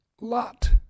lot